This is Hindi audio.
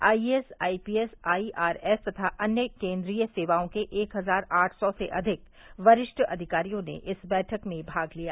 I A S I P S I R S तथा अन्य केन्द्रीय सेवाओं के एक हजार आठ सौ से अधिक वरिष्ठ अधिकारियों ने इस बैठक में भाग लिया